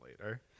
later